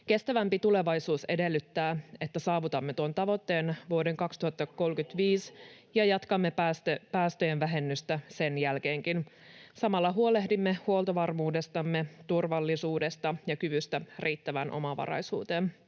Kestävämpi tulevaisuus edellyttää, että saavutamme tuon tavoitteen vuoteen 2035 mennessä [Juha Mäenpää: Turve uusiutuvaksi!] ja jatkamme päästöjen vähennystä sen jälkeenkin. Samalla huolehdimme huoltovarmuudestamme, turvallisuudesta ja kyvystä riittävään omavaraisuuteen.